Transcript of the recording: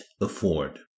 afford